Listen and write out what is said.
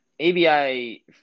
ABI